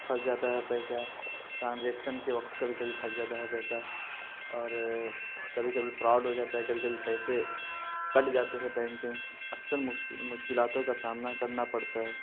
پھنس جاتا ہے پیسہ ٹرانزیکشن کے وقت کبھی کبھی پھنس جاتا ہے پیسہ اور کبھی کبھی فراڈ ہو جاتا ہے کبھی کبھی پیسے کٹ جاتے ہیں بینک کے اکثر مشکلاتوں کا سامنا کرنا پڑتا ہے